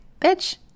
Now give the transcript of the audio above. bitch